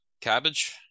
Cabbage